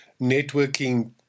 networking